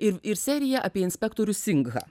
ir ir serija apie inspektorių singhą